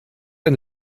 ein